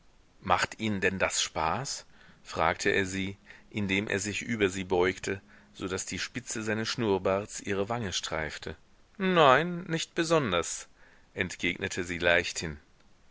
macht ihnen denn das spaß fragte er sie indem er sich über sie beugte so daß die spitze seines schnurrbarts ihre wange streifte nein nicht besonders entgegnete sie leichthin